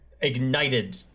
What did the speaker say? ignited